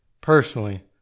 personally